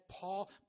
Paul